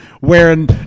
wearing